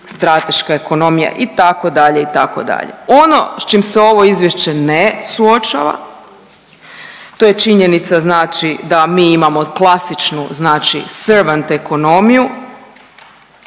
strateška ekonomija, itd., itd. Ono s čim se ovo Izvješće ne suočava, to je činjenica znači da mi imamo klasičnu znači servant ekonomiju,